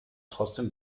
trotzdem